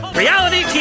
reality